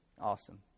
Awesome